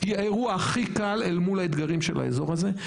האירוע הכי קל, אל מול האתגרים של האזור הזה.